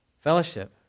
fellowship